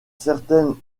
certaines